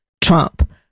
trump